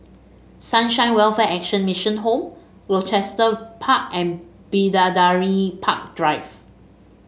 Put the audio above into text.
Sunshine Welfare Action Mission Home Gloucester Park and Bidadari Park Drive